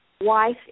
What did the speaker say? wife